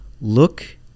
Look